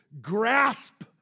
grasp